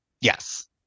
Yes